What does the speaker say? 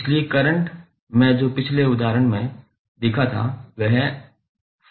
इसलिए करंट मैं जो हमने पिछले उदाहरण में देखा था वह 5cos60𝜋𝑡 था